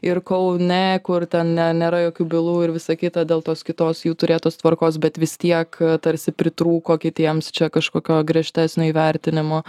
ir kaune kur ten ne nėra jokių bylų ir visa kita dėl tos kitos jų turėtos tvarkos bet vis tiek tarsi pritrūko kitiems čia kažkokio griežtesnio įvertinimo